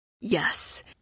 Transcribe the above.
Yes